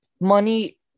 money